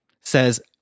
says